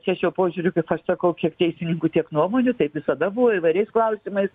čia šiuo požiūriu kaip aš sakau kiek teisininkų tiek nuomonių taip visada buvo įvairiais klausimais